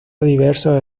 diversos